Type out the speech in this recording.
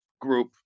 group